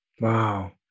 Wow